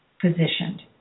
positioned